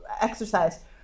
exercise